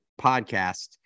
podcast